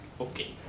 Okay